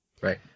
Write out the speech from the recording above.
Right